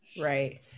right